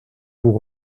vous